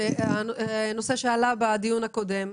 זה הנושא שעלה בדיון הקודם.